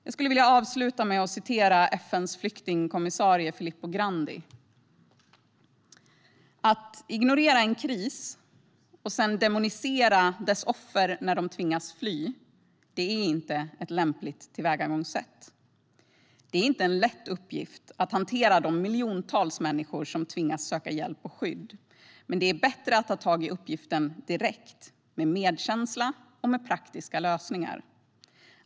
Jag skulle vilja avsluta med några ord av FN:s flyktingkommissarie Filippo Grandi: Att ignorera en kris och sedan demonisera dess offer när de tvingas fly är inte ett lämpligt tillvägagångssätt. Det är inte en lätt uppgift att hantera de miljontals människor som tvingas söka hjälp och skydd, men det är bättre att ta tag i uppgiften direkt med medkänsla och med praktiska lösningar.